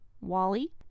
Wally